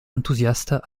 enthousiastes